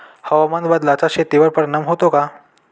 हवामान बदलाचा शेतीवर परिणाम होतो का?